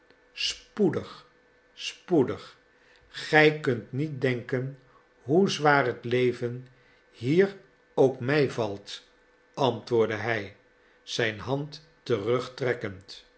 spoedig spoedig gij kunt niet denken hoe zwaar het leven hier ook mij valt antwoordde hij zijn hand terugtrekkend